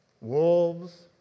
wolves